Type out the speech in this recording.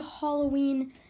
Halloween